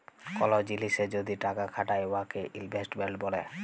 call জিলিসে যদি টাকা খাটায় উয়াকে ইলভেস্টমেল্ট ব্যলে